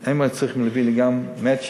הם היו צריכים להביא לי גם מצ'ינג,